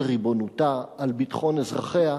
על ריבונותה, על ביטחון אזרחיה,